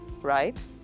right